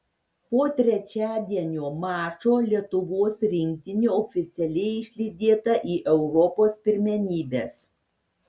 po trečiadienio mačo lietuvos rinktinė oficialiai išlydėta į europos pirmenybes